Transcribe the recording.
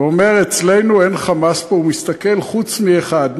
ואומר: אצלנו אין "חמאס" פה, הוא מסתכל, חוץ מאחד.